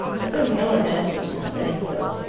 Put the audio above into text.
but there was no advantage in saying so.